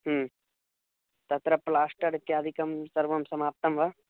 तत्र प्लाश्टर् इत्यादिकं सर्वं समाप्तं वा